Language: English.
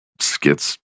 skits